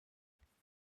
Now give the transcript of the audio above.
achieved